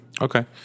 Okay